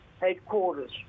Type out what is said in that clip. headquarters